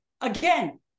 again